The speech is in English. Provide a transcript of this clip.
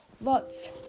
Lots